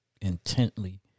intently